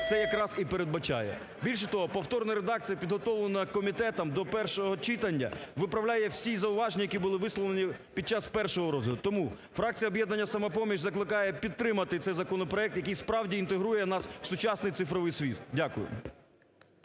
це якраз і передбачає. Більше того, повторна редакція, підготовлена комітетом до першого читання, виправляє всі зауваження, які були висловлені під час першого розгляду. Тому фракція "Об'єднання "Самопоміч" закликає підтримати цей законопроект, який, справді, інтегрує нас в сучасний цифровий світ. Дякую.